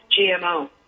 GMO